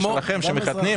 מי נמנע?